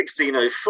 1604